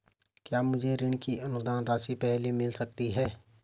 क्या मुझे ऋण की अनुदान राशि पहले मिल सकती है?